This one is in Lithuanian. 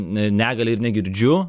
negalią ir negirdžiu